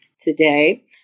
Today